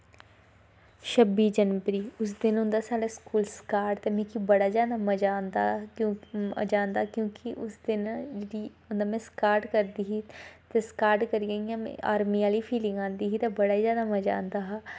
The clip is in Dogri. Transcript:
छब्बी जनवरी उस दिन होंदा साढ़ै स्कूल स्कार्ड ते मिगी बड़ा जादा मज़ा आंदा क्योंकि उस दिन मतलव में स्कार्ड करदी ही ते स्कार्ड करियै आर्मी आह्ली फीलिंग आंदी ही ते बड़ा गै जादा मज़ा आंदा हा